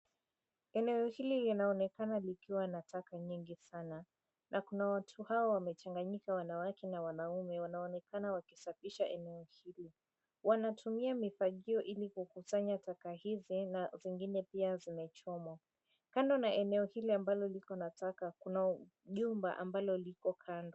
Eneo hili linaonekana likiwa na taka nyingi sana na kuna watu hao wamechanganyika wanawake na wanaume wanaonekana wakisafisha eneo hili. Wanatumia mifagio ili kukusanya taka hizi na zingine pia zimechomwa. Kando na eneo hili ambalo liko nataka kuna jumba ambalo liko kando.